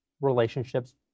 relationships